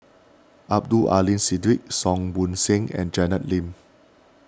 Abdul Aleem Siddique Song Ong Siang and Janet Lim